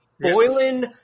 Boylan